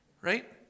Right